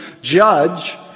judge